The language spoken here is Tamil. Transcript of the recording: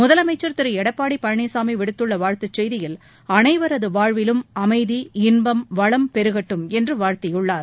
முதலமைச்சர் திரு எடப்பாடி பழனிசாமி விடுத்துள்ள வாழ்த்து செய்தியில் அனைவரது வாழ்விலும் அமைதி இன்பம் வளம் பெருகட்டும் என்று வாழ்த்தியுள்ளார்